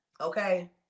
okay